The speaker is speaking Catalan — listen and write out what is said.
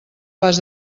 pas